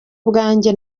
bwanjye